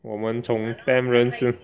我们从 temp 人生